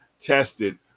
tested